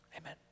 amen